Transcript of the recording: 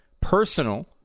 personal